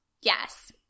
Yes